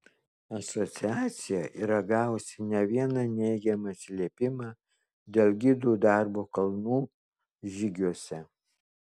asociacija yra gavusi ne vieną neigiamą atsiliepimą dėl gidų darbo kalnų žygiuose